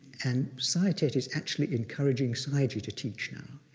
and saya thet is actually encouraging sayagyi to teach now,